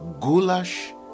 goulash